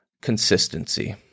consistency